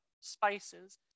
spices